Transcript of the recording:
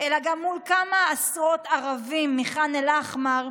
אלא גם מול כמה עשרות ערבים מח'אן אל-אחמר,